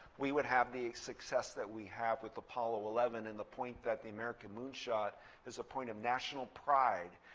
we would have the success that we have with apollo eleven, and the point that the american moon shot is a point of national pride,